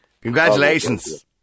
Congratulations